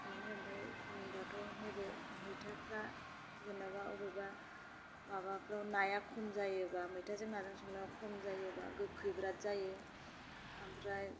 बिदिनो ओमफ्राय एखम्बाथ' नैबे मैथाफ्रा जेन'बा अबेबा माबाफ्राव नाया खम जायोबा मैथाजों नाजों संनायाव खम जायोबा गोखै बिराथ जायो ओमफ्राय